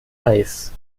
eis